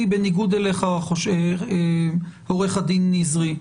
אני בניגוד לך, עורך הדין נזרי,